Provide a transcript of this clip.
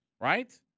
right